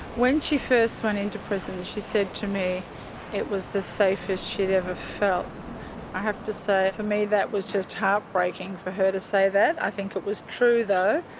when she first went into prison she said to me it was the safest she'd ever felt. i have to say for me that was just heartbreaking for her to say that. i think it was true though.